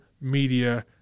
media